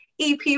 EP